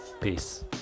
Peace